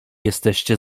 jesteście